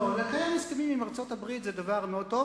לא, לקיים הסכמים עם ארצות-הברית זה דבר מאוד טוב.